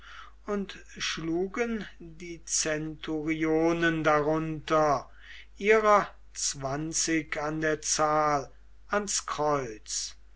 und schlugen die centurionen darunter ihrer zwanzig an der zahl ans kreuz